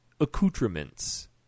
accoutrements